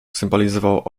symbolizował